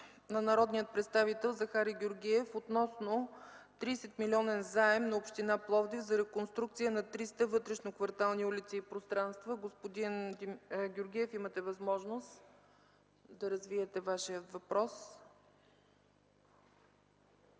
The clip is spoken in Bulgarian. на народния представител Захари Георгиев относно 30-милионен заем на община Пловдив за реконструкция на 300 вътрешноквартални улици и пространства. Господин Георгиев, имате възможност да развиете Вашия въпрос.